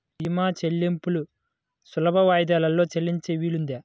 భీమా చెల్లింపులు సులభ వాయిదాలలో చెల్లించే వీలుందా?